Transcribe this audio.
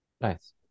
nice